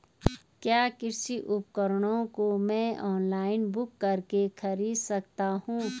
क्या कृषि उपकरणों को मैं ऑनलाइन बुक करके खरीद सकता हूँ?